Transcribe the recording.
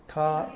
她